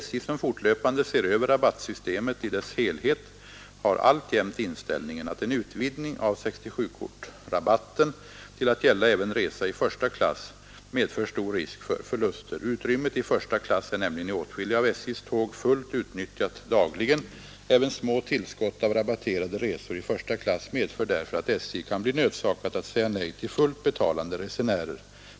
SJ, som fortlöpande ser över rabattsystemet i dess helhet, har alltjämt inställningen att en utvidgning av 67-kortsrabatten till att gälla även resa i första klass medför stor risk för förluster. Utrymmet i första klass är nämligen i åtskilliga av SJ:s tåg fullt utnyttjat dagligen. Även små tillskott av rabatterade resor i första klass medför därför att SJ kan bli nödsakat att säga nej till fullt betalande resenärer.